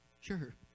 Sure